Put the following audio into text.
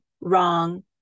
wrong